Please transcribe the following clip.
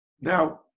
Now